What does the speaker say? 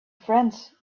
friends